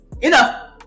Enough